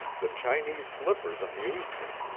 the chinese slippers amused her,